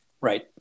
Right